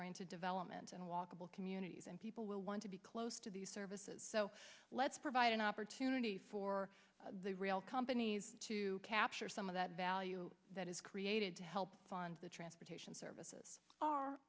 oriented development and walkable communities and people will want to be close to these services so let's provide an opportunity for the real companies to capture some of that value that is created to help fund the transportation services are